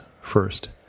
first